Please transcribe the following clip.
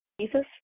Jesus